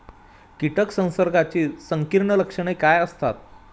कीटक संसर्गाची संकीर्ण लक्षणे काय असतात?